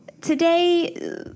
today